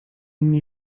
mnie